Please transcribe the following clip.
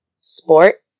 sport